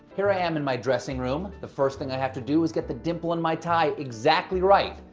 here i am in my dressing room. the first thing i have to do is get the dimp el in my tie exactly right.